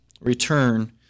return